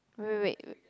wait wait wait